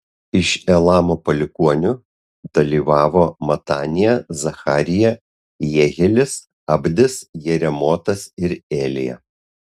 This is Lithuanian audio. iš elamo palikuonių dalyvavo matanija zacharija jehielis abdis jeremotas ir elija